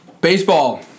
Baseball